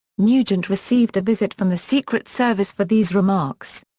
nugent received a visit from the secret service for these remarks.